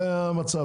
זה המצב.